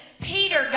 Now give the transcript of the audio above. Peter